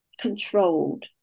controlled